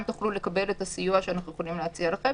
תוכלו לקבל את הסיוע שאנחנו יכולים להציע לכם,